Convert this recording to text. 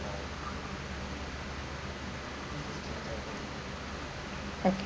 okay